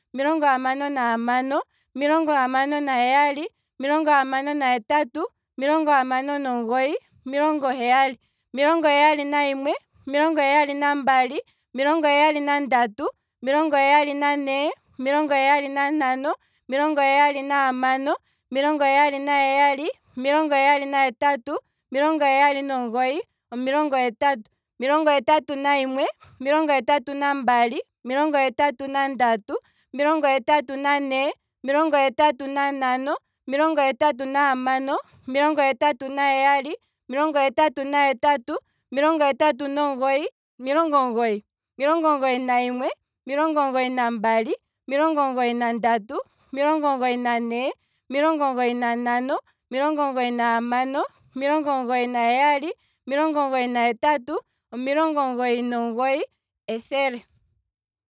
Omilongo hamano nahamano, omilongo hamano naheyali, omilongo hamano nahetatu, omilongo hamano nomugoyi, omilongo heyali, omilongo heyali nahimwe, omilongo heyali nambali, omilongo heyali nandatu, omilongo heyali niine, omilongo heyali nantano, omilongo heyali nahamano, omilongo heyali naheyali, omilongo heyali nahetatu, omilongo heyali nomugoyi, omilongo hetatu, omilongo hetatu nambali, omilongo hetatu nambali, omilongo hetatu nandatu, omilongo hetatu niine, omilongo hetatu nantano, omilongo hetatu nahamano, omilongo hetatu naheyali, omilongo hetatu nahetatu, omilongo hetatu nomugoyi, omilongo omugoyi, omilongo omugoyi nahimwe, omilongo omugoyi nambali, omilongo omugoyi nandatu, omilongo omugoyi niine, omilongo omugoyi nantano, omilongo omugoyi nahamano, omilongo omugoyi naheyali, omilongo omugoyi nahetatu, omilongo omugoyi nomugoyi, ethele